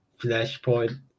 Flashpoint